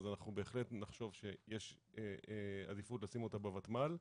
אז אנחנו בהחלט נחשוב שיש עדיפות לשים אותם בותמ"ל.